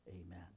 amen